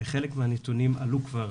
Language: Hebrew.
חלק מהנתונים עלו כבר,